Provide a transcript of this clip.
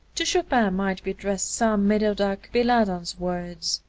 to chopin might be addressed sar merodack peladan's words